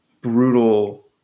brutal